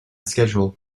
schedule